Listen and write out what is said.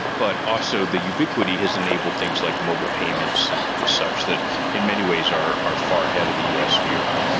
but also the ubiquity has enabled things like mobile payments and and such that in many ways are are far ahead of the u s. and europe.